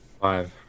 Five